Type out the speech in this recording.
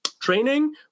Training